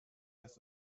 heißt